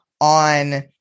on